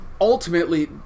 ultimately